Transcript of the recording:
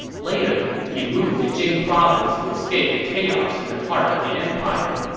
later, he moved to jing province to escape the chaos in the heart of the empire,